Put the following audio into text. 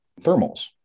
thermals